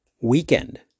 weekend